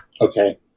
Okay